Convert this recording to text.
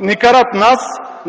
ни карат нас –